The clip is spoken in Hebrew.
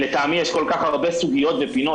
לטעמי יש כל כך הרבה סוגיות ופינות.